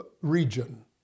region